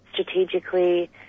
strategically